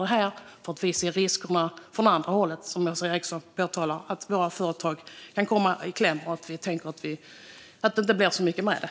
Därför ser vi riskerna från andra hållet med det här, alltså att våra företag kan komma i kläm och att det inte blir så mycket med det.